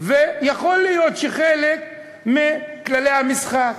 ויכול להיות שזה חלק מכללי המשחק.